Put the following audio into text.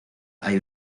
hay